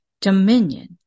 dominion